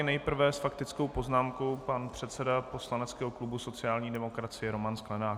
Nejprve s faktickou poznámkou pan předseda poslaneckého klubu sociální demokracie Roman Sklenák.